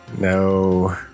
no